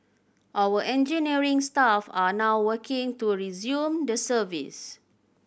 our engineering staff are now working to resume the service